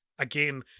again